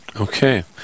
Okay